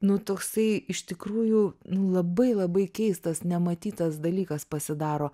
nu toksai iš tikrųjų nu labai labai keistas nematytas dalykas pasidaro